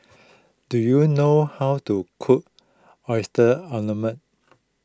do you know how to cook Oyster